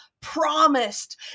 promised